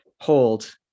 hold